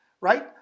right